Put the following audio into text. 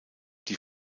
die